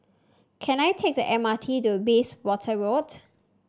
can I take the M R T to Bayswater Road